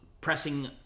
pressing